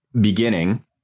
beginning